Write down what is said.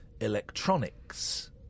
Electronics